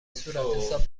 صورتحساب